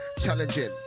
Challenging